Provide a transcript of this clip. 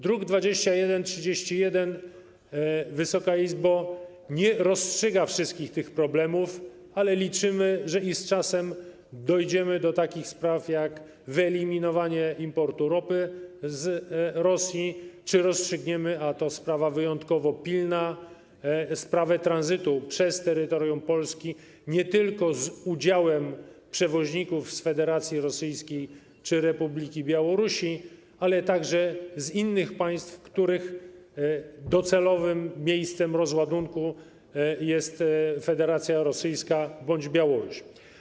Druk nr 2131, Wysoka Izbo, nie rozstrzyga wszystkich tych problemów, ale liczymy, że z czasem dojdziemy do takich spraw jak wyeliminowanie importu ropy z Rosji czy rozstrzygniemy - a to sprawa wyjątkowo pilna - sprawę tranzytu przez terytorium Polski prowadzonego przez przewoźników nie tylko z Federacji Rosyjskiej czy Republiki Białorusi, ale także z innych państw, których docelowym miejscem rozładunku jest Federacja Rosyjska bądź Białoruś.